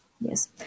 Yes